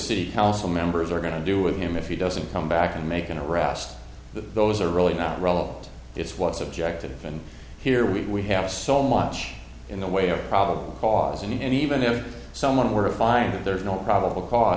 city council members are going to do with him if he doesn't come back and make an arrest that those are really not relevant it's what's objective and here we have so much in the way of probable cause and even if someone were to find that there is no probable cause